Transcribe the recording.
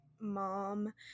mom